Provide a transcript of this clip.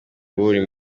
guhura